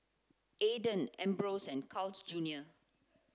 Aden Ambros and Carl's Junior